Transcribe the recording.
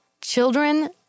children